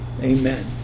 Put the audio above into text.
Amen